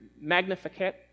Magnificat